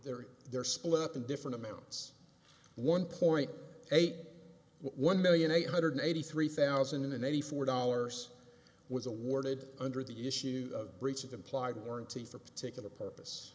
they're they're split up in different amounts one point eight one million eight hundred eighty three thousand and eighty four dollars was awarded under the issues of breach of implied warranty for a particular